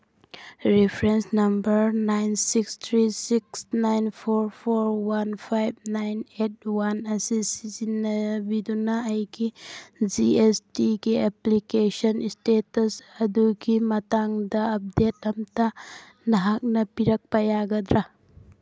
reference number nine six three six nine four four one five nine eight one ꯑꯁꯤ ꯁꯤꯖꯤꯟꯅꯕꯤꯗꯨꯅ ꯑꯩꯒꯤ G S ꯇꯤꯒꯤ application status ꯑꯗꯨꯒꯤ ꯃꯇꯥꯡꯗ ꯑꯞꯗꯦꯠ ꯑꯝꯇ ꯅꯍꯥꯛꯅ ꯄꯤꯔꯛꯄ ꯌꯥꯒꯗ꯭ꯔꯥ